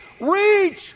Reach